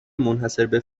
منحصربه